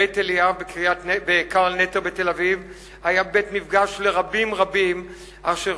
בית אליאב בקרל נטר בתל-אביב היה בית מפגש לרבים רבים אשר